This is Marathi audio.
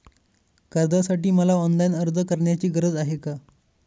कर्जासाठी मला ऑनलाईन अर्ज करण्याची गरज आहे का?